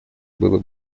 было